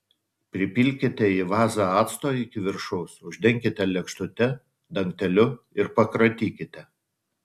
pripilkite į vazą acto iki viršaus uždenkite lėkštute dangteliu ir pakratykite